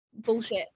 bullshit